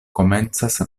komencas